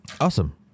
Awesome